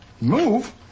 Move